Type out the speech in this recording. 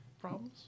Problems